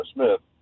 Smith